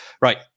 right